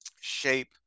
shape